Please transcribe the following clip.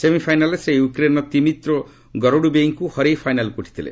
ସେମିଫାଇନାଲ୍ରେ ସେ ୟୁକ୍ରେନ୍ର ତିମିତ୍ରୋ ଗରଡୁବେଇଙ୍କୁ ହରାଇ ଫାଇନାଲ୍କୁ ଉଠିଛନ୍ତି